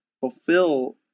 fulfill